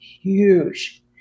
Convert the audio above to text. huge